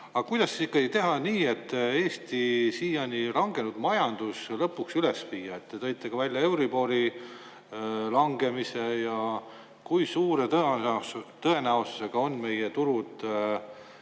Aga kuidas ikkagi teha nii, et Eesti siiani langenud majandus lõpuks üles viia? Te tõite välja euribori langemise. Kui suure tõenäosusega on meie turud